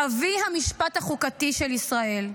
"אבי המשפט החוקתי של ישראל.